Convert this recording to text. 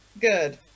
Good